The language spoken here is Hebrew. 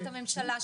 את הממשלה,